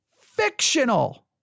fictional